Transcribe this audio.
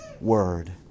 word